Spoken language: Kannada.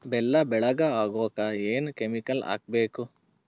ಬೆಲ್ಲ ಬೆಳಗ ಆಗೋಕ ಏನ್ ಕೆಮಿಕಲ್ ಹಾಕ್ಬೇಕು?